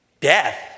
Death